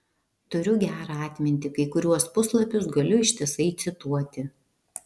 turiu gerą atmintį kai kuriuos puslapius galiu ištisai cituoti